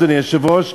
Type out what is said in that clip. אדוני היושב-ראש,